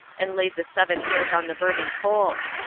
and laid the seven hairs on the burning coals.